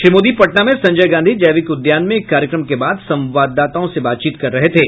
श्री मोदी पटना में संजय गांधी जैविक उद्यान में एक कार्यक्रम के बाद संवाददाताओं से बातचीत कर रहे थे